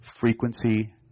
frequency